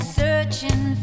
searching